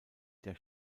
der